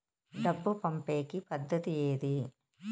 డబ్బు పంపేకి పద్దతి ఏది